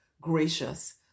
gracious